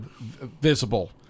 visible